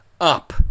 up